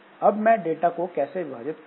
अब मैं डाटा को कैसे विभाजित करूं